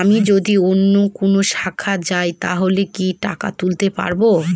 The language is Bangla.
আমি যদি অন্য কোনো শাখায় যাই তাহলে কি টাকা তুলতে পারব?